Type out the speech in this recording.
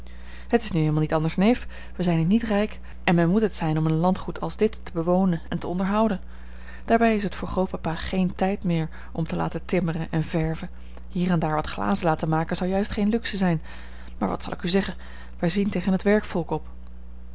het is nu eenmaal niet anders neef wij zijn hier niet rijk en men moet het zijn om een landgoed als dit te bewonen en te onderhouden daarbij is het voor grootpapa geen tijd meer om te laten timmeren en verven hier en daar wat glazen laten maken zou juist geen luxe zijn maar wat zal ik u zeggen wij zien tegen het werkvolk op